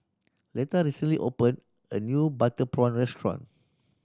Letta recently opened a new butter prawn restaurant